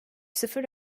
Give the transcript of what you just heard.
sıfır